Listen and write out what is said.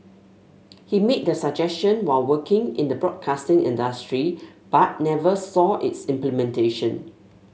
he made the suggestion while working in the broadcasting industry but never saw its implementation